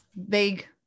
vague